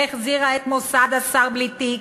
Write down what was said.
החזירה את מוסד השר בלי תיק,